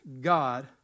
God